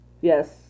Yes